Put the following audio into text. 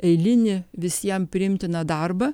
eilinį visiem priimtiną darbą